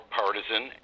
partisan